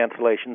cancellations